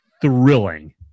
thrilling